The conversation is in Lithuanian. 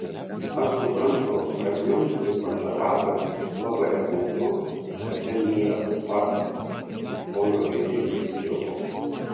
aš suprantu kad jums ir konservatoriams labai apmaudu kad ten nėra uspaskicho o jo reitingai kilo